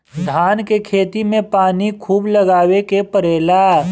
धान के खेत में पानी खुब लगावे के पड़ेला